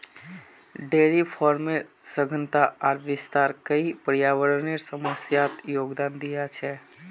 dairy फार्मेर सघनता आर विस्तार कई पर्यावरनेर समस्यात योगदान दिया छे